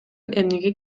эмнеге